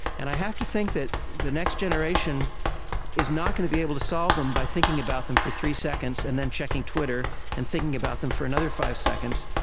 and i have to think that the next generation is not going to be able to solve them by thinking about them for three seconds and then checking twitter and thinking about them for another five seconds.